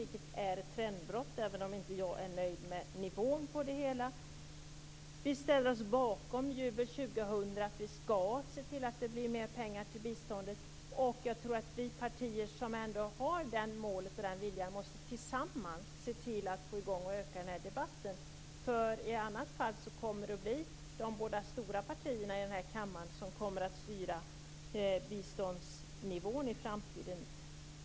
Det är ett trendbrott, även om jag inte är nöjd med nivån på det hela. Vi ställer oss bakom Jubilee 2000. Vi skall se till att det blir mer pengar till biståndet. Jag tror att vi partier som ändå har det målet och den viljan tillsammans måste se till att få i gång och öka debatten. I annat fall kommer det att bli de båda stora partierna i den här kammaren som styr biståndsnivån i framtiden.